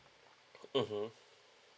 mmhmm